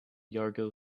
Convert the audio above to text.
yargo